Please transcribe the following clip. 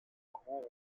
grand